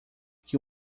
que